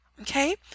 Okay